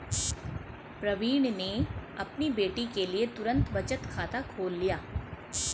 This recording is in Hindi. प्रवीण ने अपनी बेटी के लिए तुरंत बचत खाता खोल लिया